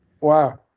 wow